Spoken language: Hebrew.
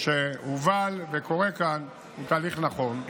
שהובל וקורה כאן הוא תהליך נכון.